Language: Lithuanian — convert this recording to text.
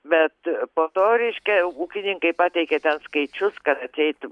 bet po to reiškia ūkininkai pateikė ten skaičius kad atseit